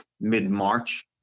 mid-March